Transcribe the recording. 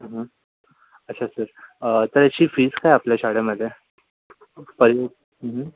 अच्छा सर तर याची फीज काय आहे आपल्या शाळेमध्ये